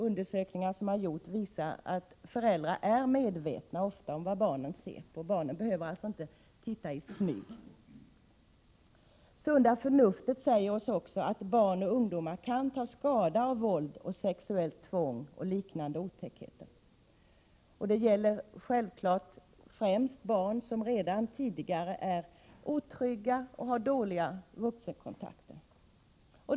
Undersökningar som gjorts visar att föräldrar ofta är medvetna om vad barnen ser på. Barnen behöver alltså inte titta i smyg. Sunda förnuftet säger oss också att barn och ungdomar kan ta skada av våld, sexuellt tvång och liknande otäckheter. Det gäller självfallet främst barn som redan tidigare är otrygga och har dåliga vuxenkontakter.